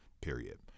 period